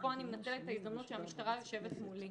ופה אני מנצלת את ההזדמנות שהמשטרה יושבת מולי.